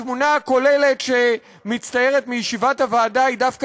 התמונה הכוללת שמצטיירת מישיבת הוועדה היא דווקא